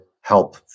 help